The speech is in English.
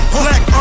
black